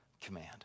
command